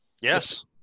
Yes